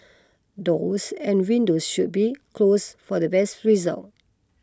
doors and windows should be close for the best result